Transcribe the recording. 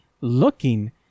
looking